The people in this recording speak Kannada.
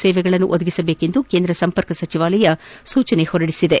ಸೇವೆಗಳನ್ನು ಒದಗಿಸುವಂತೆ ಕೇಂದ್ರ ಸಂಪರ್ಕ ಸಚಿವಾಲಯ ಸೂಜಿಸಿದೆ